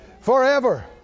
forever